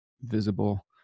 visible